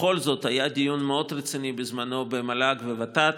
בכל זאת היה דיון מאוד רציני בזמנו במל"ג וות"ת